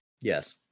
Yes